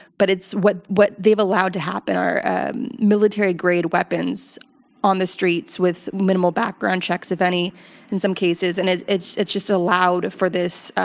but it's what what they've allowed to happen are military-grade weapons on the streets with minimal background checks, if any in some cases, and it's it's just allowed for this